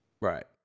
Right